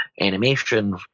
animation